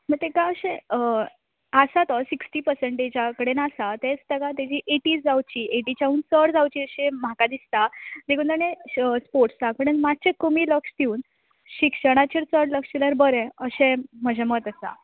म्हण तेका अशें आसा तो सिस्टी पसंटेजाकडेन आसा तेच तेका तेजी एटी जावची एटिच्याहून चड जावची अशें म्हाका दिसता देखून ताणें स्पोर्टसा कडेन मातशें कमी लक्ष्य दिवन शिक्षणाचेर चड लक्ष्य दिल्यार बरें अशें म्हजे मत आसा